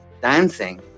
dancing